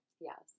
Yes